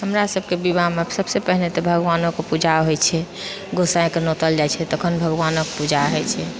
हमरा सभके विवाहमे सबसँ पहिने तऽ भगवानक पूजा होइत छै गोसाइँके नोतल जाइत छै तखन भगवानक पूजा होइत छै